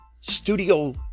Studio